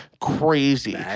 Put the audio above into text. crazy